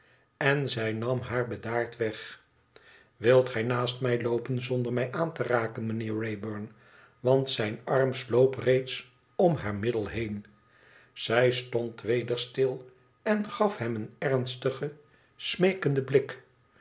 en zij nam haar bedaard weg iwilt gij naast mij loopen zonder mij aan te raken mijnheer wraybum want zijn arm sloop reeds om haar middel heen zij stond weder stil en gaf hem een emstigen smeekenden blik